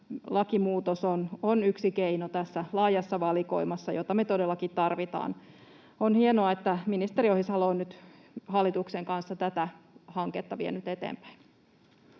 lakimuutos on yksi keino tässä laajassa valikoimassa, jota me todellakin tarvitaan. On hienoa, että ministeri Ohisalo on nyt hallituksen kanssa tätä hanketta vienyt eteenpäin.